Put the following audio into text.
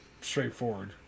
straightforward